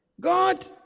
God